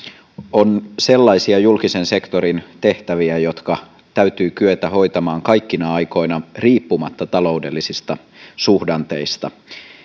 on sellaisia julkisen sektorin tehtäviä jotka täytyy kyetä hoitamaan kaikkina aikoina riippumatta taloudellisista suhdanteista